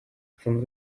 from